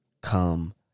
come